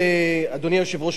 אדוני היושב-ראש,